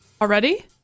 already